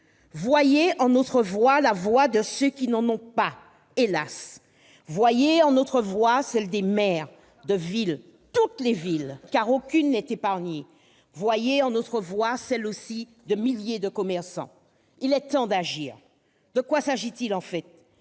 Voyez en notre voix celle de ceux qui n'en ont pas, hélas ! Voyez en notre voix celle des maires de villes, de toutes les villes, car aucune n'est épargnée ! Voyez aussi en notre voix celle des milliers de commerçants ! Il est temps d'agir. De quoi s'agit-il en fait ?